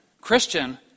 Christian